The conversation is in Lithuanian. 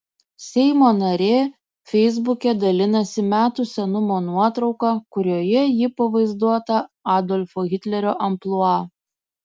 seimo narė feisbuke dalinasi metų senumo nuotrauka kurioje ji pavaizduota adolfo hitlerio amplua